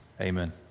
Amen